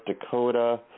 Dakota